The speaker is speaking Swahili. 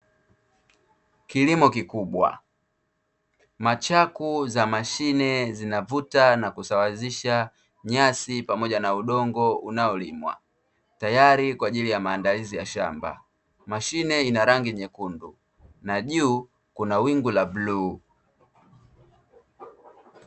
Kilimo kikubwa, machaku za mashine zinavuta na kusawazisha nyasi pamoja na udongo unaolimwa, tayari kwaajili ya maandalizi ya shamba. Mashine ina rangi nyekundu na juu kuna wingu la buluu.